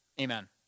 Amen